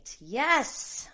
Yes